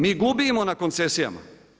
Mi gubimo na koncesijama.